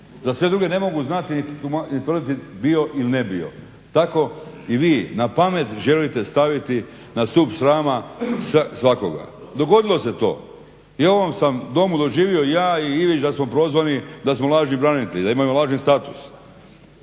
Za sve druge ne mogu znati niti tvrditi bio ili ne bio. Tako i vi napamet želite staviti na stup srama svakoga. Dogodilo se to, i u ovom sam Domu doživio ja i Ivić da smo prozvani da smo lažni branitelji, da imamo lažni status.